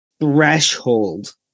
threshold